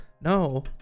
No